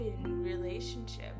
relationship